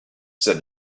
said